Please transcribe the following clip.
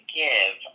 give